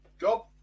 Job